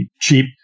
cheap